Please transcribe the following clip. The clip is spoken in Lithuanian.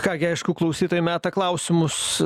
ką gi aišku klausytojai meta klausimus